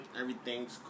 Everything's